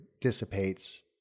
dissipates